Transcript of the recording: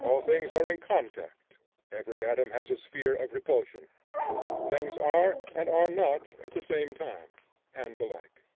all things are in contact every atom has a sphere of repulsion things are, and are not, at the same time and the like.